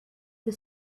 the